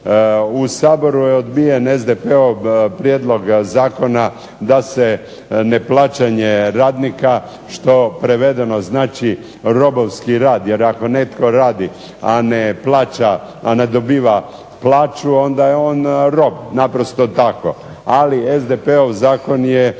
U Saboru je odbijen SDP-ov prijedlog zakona da se neplaćanje radnika što prevedeno znači robovski rad, jer ako netko radi a ne plaća, a ne dobiva plaću, onda je on rob, naprosto tako, ali SDP-ov zakon je